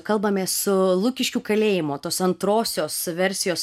kalbamės su lukiškių kalėjimo tos antrosios versijos